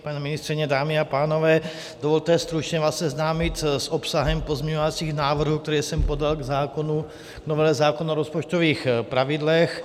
Paní ministryně, dámy a pánové, dovolte stručně vás seznámit s obsahem pozměňovacích návrhů, které jsem podal k novele zákona o rozpočtových pravidlech.